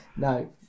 no